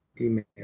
email